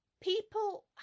People